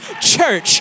church